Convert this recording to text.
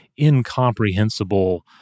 incomprehensible